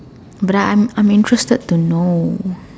but I'm I'm I'm interested to know